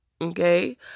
Okay